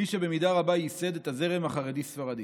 מי שבמידה רבה ייסד את הזרם החרדי-ספרדי.